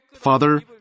Father